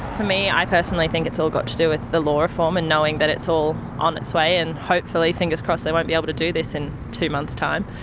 for me, i personally think it's all got to do with the law reform and knowing that it's all on its way and hopefully fingers crossed, they won't be able to do this in two months' time.